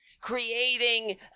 creating